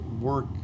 work